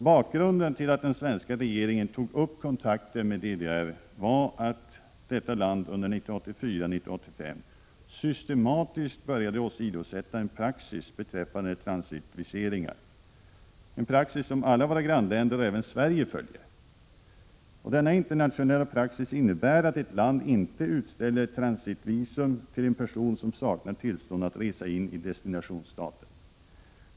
Bakgrunden till att den svenska regeringen tog kontakt med DDR var att detta land under 1984 och 1985 systematiskt började åsidosätta en praxis beträffande transitviseringar, en praxis som alla våra grannländer, och även Sverige, följer. Denna internationella praxis innebär att ett land inte utställer transitvisum till en person som saknar tillstånd att resa in i destinationsstaten.